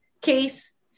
case